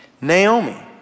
Naomi